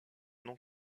non